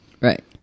Right